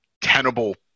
tenable